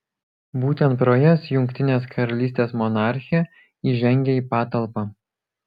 būtent pro jas jungtinės karalystės monarchė įžengia į patalpą